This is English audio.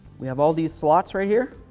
we have all these slots right here.